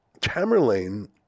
Tamerlane